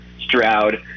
Stroud